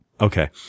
Okay